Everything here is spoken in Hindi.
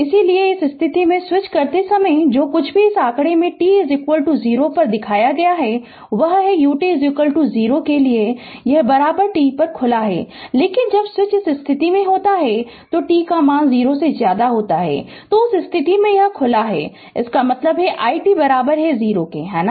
इसलिए इस स्थिति में स्विच करते समय जो कुछ भी इस आंकड़े में t 0 पर दिखाया गया है वह है ut 0 के बराबर t पर खुला लेकिन जब स्विच इस स्थिति में होता है जो t 0 होता है तो उस स्थिति में यह खुला होता है इसका मतलब है i t 0 है ना